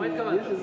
למה התכוונת?